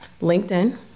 LinkedIn